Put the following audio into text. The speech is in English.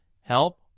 help